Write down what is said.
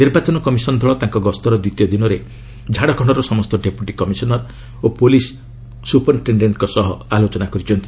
ନିର୍ବାଚନ କମିଶନ ଦଳ ତାଙ୍କ ଗସ୍ତର ଦ୍ୱିତୀୟ ଦିନରେ ଝାଡଖଣ୍ଡର ସମସ୍ତ ଡେପୁଟି କମିଶନର ଓ ପୋଲିସ ସୁପରିନ୍ଟେଣ୍ଟେଣ୍ଟଙ୍କ ସହ ଆଲୋଚନା କରିଛନ୍ତି